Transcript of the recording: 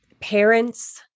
parents